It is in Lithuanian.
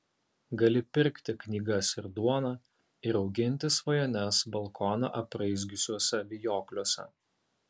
gali pirkti knygas ir duoną ir auginti svajones balkoną apraizgiusiuose vijokliuose